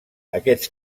aquests